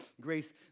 grace